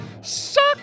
suck